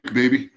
baby